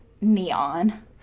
neon